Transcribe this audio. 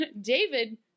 David